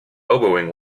elbowing